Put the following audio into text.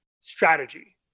strategy